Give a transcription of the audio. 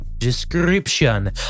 description